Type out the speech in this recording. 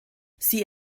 sie